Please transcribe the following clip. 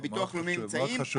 בביטוח לאומי הם נמצאים -- מאוד חשוב,